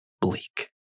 bleak